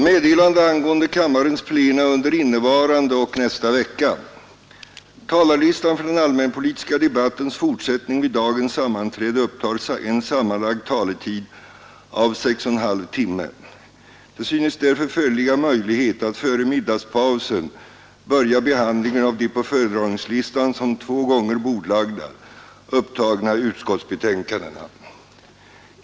Talarlistan för den allmänpolitiska debattens fortsättning vid dagens sammanträde upptar en sammanlagd taletid av 6 1/2 timme. Det synes därför föreligga möjlighet att före middagspausen börja behandlingen av de på föredragningslistan som två gånger bordlagda upptagna utskottsbetänkandena.